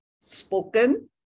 spoken